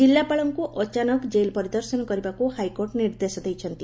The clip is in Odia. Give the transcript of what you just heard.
କିଲ୍ଲାପାଳଙ୍କୁ ଅଚାନକ ଜେଲ୍ ପରିଦର୍ଶନ କରିବାକୁ ହାଇକୋର୍ଟ ନିର୍ଦ୍ଦେଶ ଦେଇଛନ୍ତି